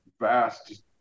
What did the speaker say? vast